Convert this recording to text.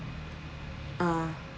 ah